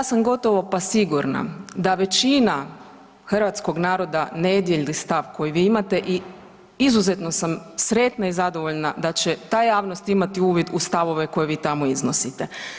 Ja sam gotovo, pa sigurna da većina hrvatskog naroda ne dijeli stav koji vi imate i izuzetno sam sretna i zadovoljna da će ta javnost imati uvid u stavove koje vi tamo iznosite.